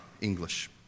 English